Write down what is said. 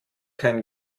kein